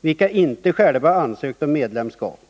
vilka inte själva ansökt om medlemskap?